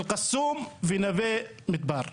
אל קאסום ונווה מדבר.